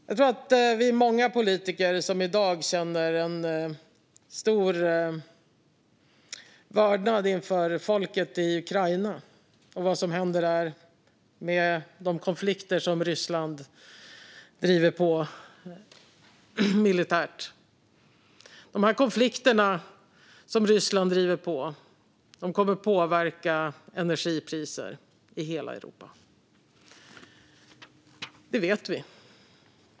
Jag tror att vi är många politiker som i dag känner stor vördnad inför folket i Ukraina och det som händer där med de konflikter som Ryssland driver på militärt. De konflikterna kommer att påverka energipriser i hela Europa. Det vet vi.